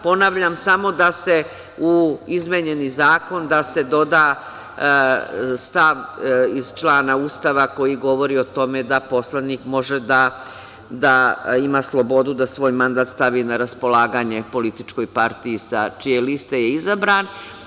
Ponavljam, samo da se u izmenjeni zakon doda stav iz člana Ustava koji govori o tome da poslanik može da ima slobodu da svoj mandat stavi na raspolaganje političkoj partije sa čije liste je izabran.